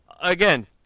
again